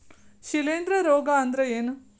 ಶಿಲೇಂಧ್ರ ರೋಗಾ ಅಂದ್ರ ಏನ್?